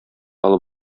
алып